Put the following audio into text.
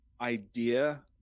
idea